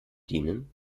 dienen